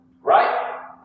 right